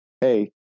hey